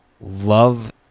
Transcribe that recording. Love